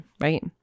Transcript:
right